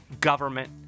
government